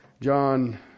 John